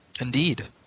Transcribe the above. Indeed